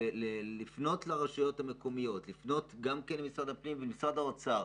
לפנות לרשויות המקומיות, משרד הפנים ומשרד האוצר,